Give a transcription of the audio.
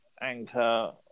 Anchor